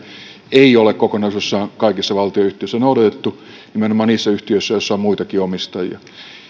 ei ole kokonaisuudessaan kaikissa valtionyhtiöissä noudatettu nimenomaan niissä yhtiöissä joissa on muitakin omistajia